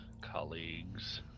colleagues